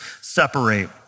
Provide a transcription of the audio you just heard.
separate